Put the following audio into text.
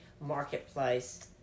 marketplace